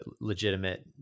legitimate